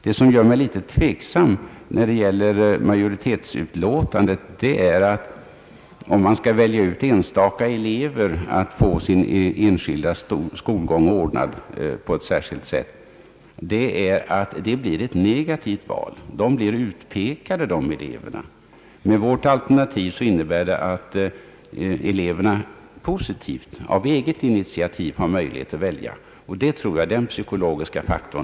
Det som gör mig litet tveksam beträffande majoritetsutlåtandet är att om enstaka elever skall väljas ut och få sin skolgång ordnad på ett särskilt sätt så blir det ett negativt val. Dessa elever blir utpekade. Vårt alternativ innebär att eleverna har möjlighet att välja positivt, på eget initiativ, och jag tror att man måste ta hänsyn till den psykologiska faktorn.